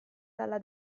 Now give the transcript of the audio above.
dalla